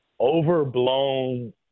overblown